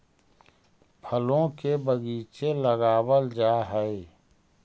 फलों के बगीचे लगावल जा हई